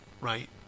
right